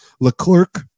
LeClerc